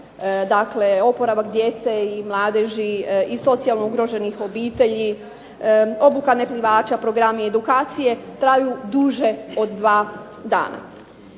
dakle oporavak mladeži, djece i socijalno ugroženih obitelji, obuka neplivača, programi, edukacije traju duže od dva dana.